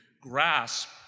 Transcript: grasp